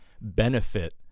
benefit